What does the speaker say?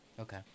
Okay